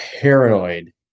paranoid